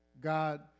God